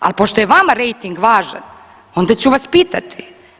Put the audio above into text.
Al pošto je vama rejting važan, onda ću vas pitati.